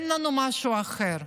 אין לנו משהו אחר.